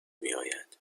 میآید